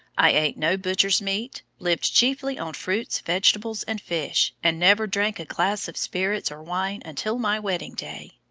i ate no butcher's meat, lived chiefly on fruits, vegetables, and fish, and never drank a glass of spirits or wine until my wedding day.